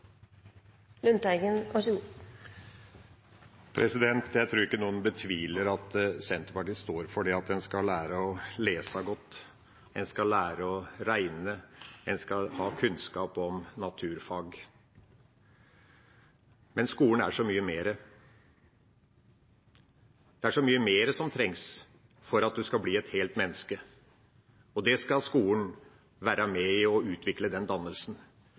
Jeg tror ikke noen betviler at Senterpartiet står for at en skal lære å lese godt, at en skal lære å regne, at en skal ha kunnskap om naturfag. Men skolen er så mye mer, det er så mye mer som trengs for at en skal bli et helt menneske, og den dannelsen skal skolen være med på å utvikle.